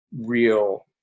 real